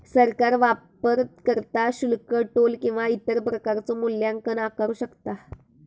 सरकार वापरकर्ता शुल्क, टोल किंवा इतर प्रकारचो मूल्यांकन आकारू शकता